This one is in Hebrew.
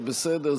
זה בסדר,